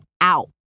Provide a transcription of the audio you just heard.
out